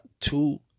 two